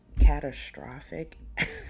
catastrophic